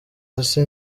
hasi